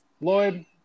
Lloyd